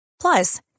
Plus